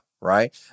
right